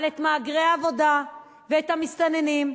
אבל את מהגרי העבודה ואת המסתננים,